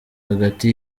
hagati